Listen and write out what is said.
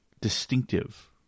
distinctive